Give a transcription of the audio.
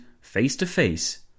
face-to-face